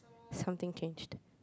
something changed